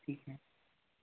ठीक है